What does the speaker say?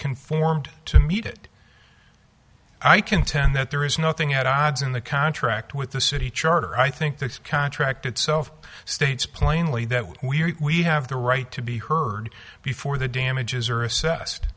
conformed to meet it i contend that there is nothing at odds in the contract with the city charter i think the contract itself states plainly that we have the right to be heard before the damages are assessed